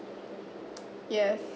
yes